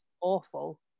awful